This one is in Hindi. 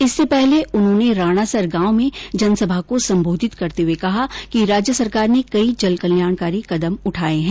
इससे पहले उन्होंने राणासर गांव में जन सभा को सबोधित करते हुए कहा कि राज्य सरकार ने कई जन कल्याणकारी कदम उठाए हैं